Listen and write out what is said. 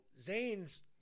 Zane's